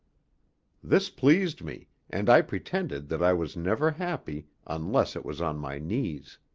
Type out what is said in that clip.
this pleased me, and i pretended that i was never happy unless it was on my knees.